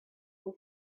and